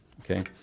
Okay